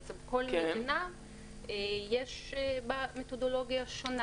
כל מדינה לה מתודולוגיה שונה.